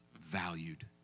valued